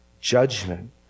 judgment